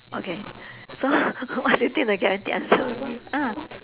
okay so what do you think the guaranteed answer will be ah